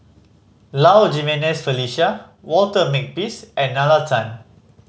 Low Jimenez Felicia Walter Makepeace and Nalla Tan